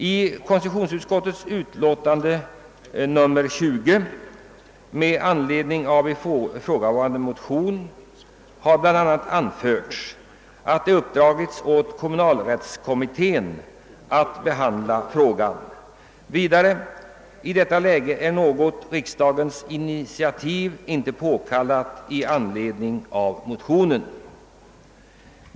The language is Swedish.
I konstitutionsutskottets betänkande nr 20 har bl.a. med anledning av ifrågavarande motion anförts att det uppdragits åt kommunalrättskommittén att behandla frågan. Vidare sägs det att något riksdagens initiativ i detta läge inte är påkallat i anledning av motionen.